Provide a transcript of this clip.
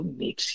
mix